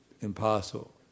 impossible